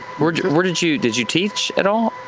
where did where did you, did you teach at all?